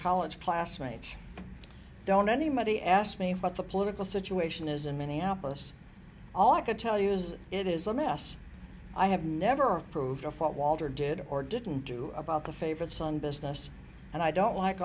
college classmates don't anybody ask me what the political situation is in minneapolis all i could tell you is it is a mess i have never approved of what walter did or didn't do about the favorite son business and i don't like